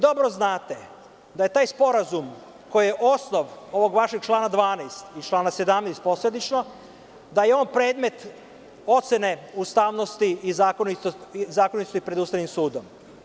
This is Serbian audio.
Dobro znate da je taj sporazum koji je osnov ovog vašeg člana 12. i člana 17. posledično, da je on predmet ocene ustavnosti i zakonitosti pred Ustavnim sudom.